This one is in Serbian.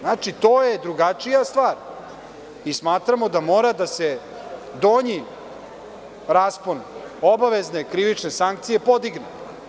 Znači, to je drugačija stvar i smatramo da mora da se donji raspon obavezne krivične sankcije podigne.